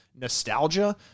nostalgia